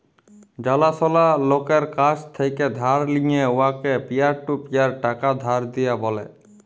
জালাশলা লকের কাছ থ্যাকে ধার লিঁয়ে উয়াকে পিয়ার টু পিয়ার টাকা ধার দিয়া ব্যলে